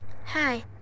Hi